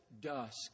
dusk